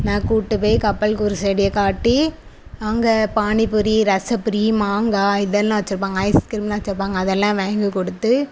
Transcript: நான் கூப்பிட்டு போய் கப்பல் குருசடியை காட்டி அங்கே பானிபூரி ரசபுரி மாங்காய் இதெல்லாம் வச்சிருப்பாங்க ஐஸ் க்ரீம்லாம் வச்சிருப்பாங்க அதெல்லாம் வாங்கி கொடுத்து